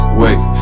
wait